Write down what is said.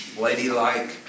ladylike